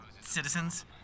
citizens